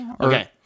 Okay